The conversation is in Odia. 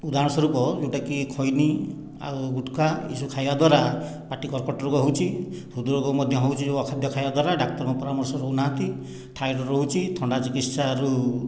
ଉଦାହରଣ ସ୍ୱରୂପ ଯେଉଁଟାକି ଖଇନି ଆଉ ଗୁଟ୍କା ଏସବୁ ଖାଇବା ଦ୍ୱାରା ପାଟି କର୍କଟ ରୋଗ ହେଉଛି ହୃଦ୍ ରୋଗ ମଧ୍ୟ ହେଉଛି ଯେଉଁ ଅଖାଦ୍ୟ ଖାଇବା ଦ୍ୱାରା ଡାକ୍ତରଙ୍କ ପରାମର୍ଶ ନେଉନାହାନ୍ତି ଥାଇରଏଡ୍ ରହୁଛି ଥଣ୍ଡା ଚିକିତ୍ସାରୁ